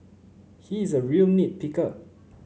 he is a real nit picker